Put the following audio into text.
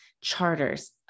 charters